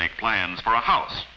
make plans for a house